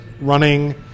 running